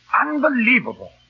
unbelievable